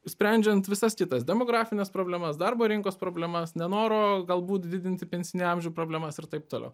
sprendžiant visas kitas demografines problemas darbo rinkos problemas nenoro galbūt didinti pensinį amžių problemas ir taip toliau